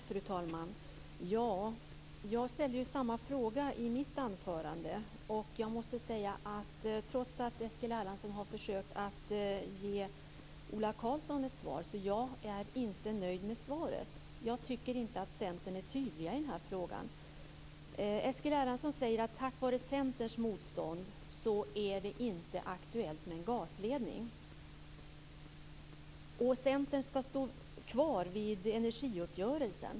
Fru talman! Jag ställde samma fråga i mitt anförande, och trots att Eskil Erlandsson har försökt att ge Ola Karlsson ett svar måste jag säga att jag inte är nöjd med svaret. Jag tycker inte att Centern är tydlig i den här frågan. Eskil Erlandsson säger att det tack vare Centerns motstånd inte är aktuellt med en gasledning och att Centern skall stå kvar vid energiuppgörelsen.